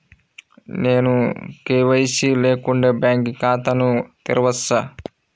నేను కే.వై.సి లేకుండా బ్యాంక్ ఖాతాను తెరవవచ్చా?